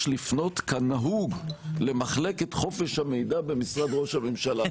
לפנות כנהוג למחלקת חופש המידע במשרד ראש הממשלה".